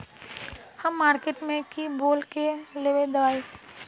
हम मार्किट में की बोल के लेबे दवाई?